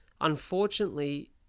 Unfortunately